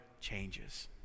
changes